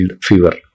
fever